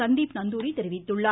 சந்தீப் நந்தூரி தெரிவித்துள்ளார்